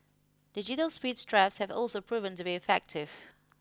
digital speeds traps have also proven to be effective